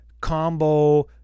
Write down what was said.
combo